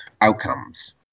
outcomes